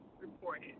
reported